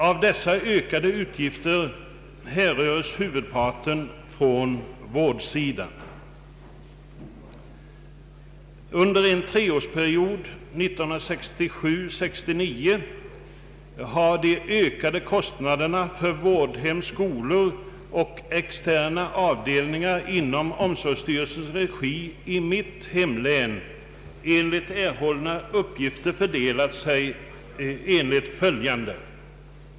Av dessa utgiftsökningar härrör huvudparten från vårdsidan. Under en treårsperiod 1967-—1969 har de ökade kostnaderna för vårdhem, skolor och externa avdelningar i omsorgsstyrelsens regi i mitt hemlän enligt erhållna uppgifter fördelat sig enligt följande.